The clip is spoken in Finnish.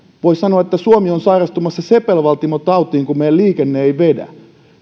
voisi sanoa että suomi on sairastumassa sepelvaltimotautiin kun meidän liikenne ei vedä